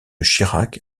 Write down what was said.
chirac